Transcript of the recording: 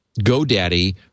GoDaddy